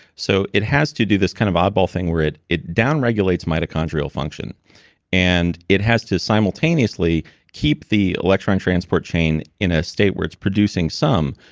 so it has to do this kind of oddball thing where it it down regulates mitochondrial function and it has to simultaneously keep the electron transport chain in a state where it's producing some.